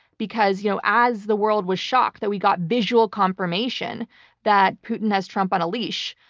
because you know as the world was shocked that we got visual confirmation that putin has trump on a leash,